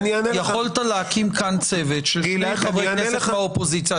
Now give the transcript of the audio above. יכולת להקים כאן צוות של שני חברי כנסת מהאופוזיציה --- גלעד,